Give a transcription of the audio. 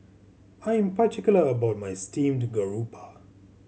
I'm particular about my steamed garoupa